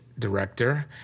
director